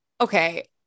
Okay